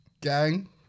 Gang